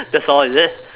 that's all is it